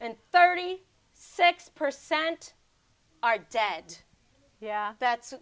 and thirty six percent are dead yeah that's